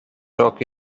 rocky